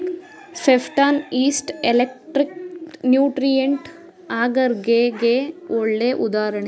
peptone, yeast extract nutrient ಅಗರ್ಗೆ ಗೆ ಒಳ್ಳೆ ಉದಾಹರಣೆ